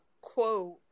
quote